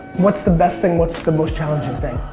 what's the best thing? what's the most challenging thing?